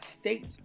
states